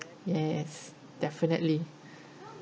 yes definitely